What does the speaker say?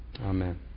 amen